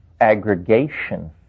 aggregation